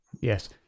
yes